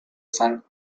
san